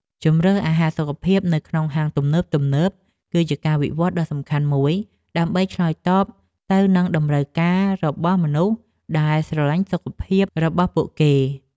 ជម្រើសអាហារសុខភាពនៅក្នុងហាងទំនើបៗគឺជាការវិវត្តដ៏សំខាន់មួយដើម្បីឆ្លើយតបទៅនឹងតម្រូវការរបស់មនុស្សដែលស្រលាញ់សុខភាពរបស់គេ។